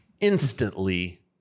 instantly